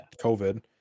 COVID